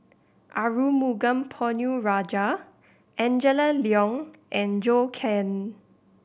Arumugam Ponnu Rajah Angela Liong and Zhou Can